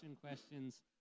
questions